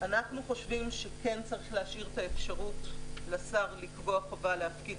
אנחנו חושבים שיש להשאיר אפשרות לשר לקבוע חובה להפקיד